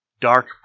Dark